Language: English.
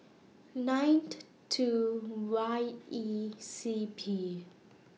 nine two Y E C P